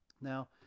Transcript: Now